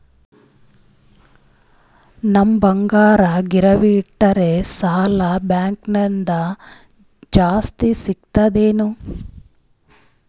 ನಮ್ ಬಂಗಾರ ಗಿರವಿ ಇಟ್ಟರ ಸಾಲ ಬ್ಯಾಂಕ ಲಿಂದ ಜಾಸ್ತಿ ಸಿಗ್ತದಾ ಏನ್?